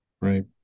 Right